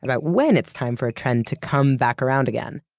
about when it's time for a trend to come back around again.